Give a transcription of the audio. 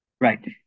right